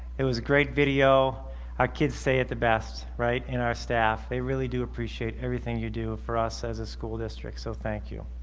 it was a great video how kids say it the best right and our staff they really do appreciate everything you do for us as a school district, so thank you.